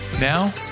Now